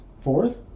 fourth